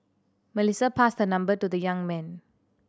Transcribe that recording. Melissa passed her number to the young man